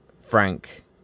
Frank